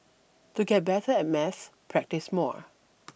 to get better at maths practise more